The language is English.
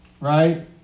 right